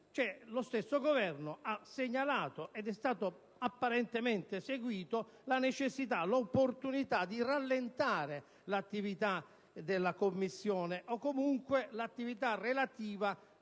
Lo stesso Governo ha segnalato - ed è stato apparentemente seguito - la necessità e l'opportunità di rallentare l'attività della Commissione, o comunque l'attività relativa